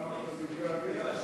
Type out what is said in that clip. (מועד החלטה בדבר הטלת ארנונה